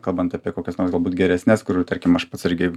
kalbant apie kokias nors galbūt geresnes kurių tarkim aš pats irgi